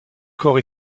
corps